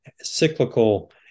cyclical